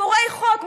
פורעי חוק,